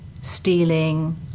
stealing